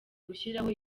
gushyiraho